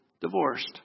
Divorced